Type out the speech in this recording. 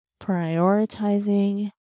prioritizing